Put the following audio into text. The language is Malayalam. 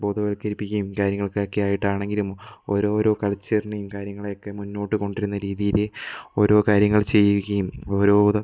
ബോധവൽക്കരിപ്പിക്കുകയും കാര്യങ്ങൾക്കൊക്കെ ആയിട്ടാണെങ്കിലും ഓരോരോ കൾച്ചറിനേയും കാര്യങ്ങളേയൊക്കെ മുന്നോട്ട് കൊണ്ട് വരുന്ന രീതിയില് ഓരോ കാര്യങ്ങൾ ചെയ്യുകയും ഓരോ വിധ